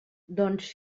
doncs